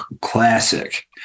classic